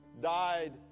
died